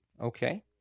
Okay